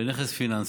בנכס פיננסי.